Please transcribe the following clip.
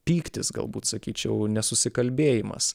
pyktis galbūt sakyčiau nesusikalbėjimas